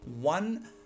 one